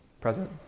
Present